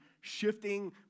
shifting